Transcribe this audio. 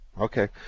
Okay